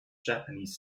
japanese